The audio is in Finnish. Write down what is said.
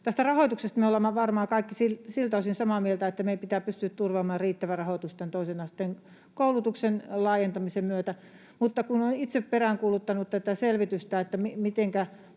Tästä rahoituksesta me olemme varmaan kaikki samaa mieltä siltä osin, että meidän pitää pystyä turvaamaan riittävä rahoitus tämän toisen asteen koulutuksen laajentamisen myötä. Mutta kun olen itse peräänkuuluttanut tätä selvitystä myös